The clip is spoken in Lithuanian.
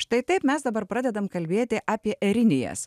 štai taip mes dabar pradedam kalbėti apie erinijas